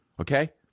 okay